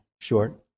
short